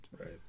Right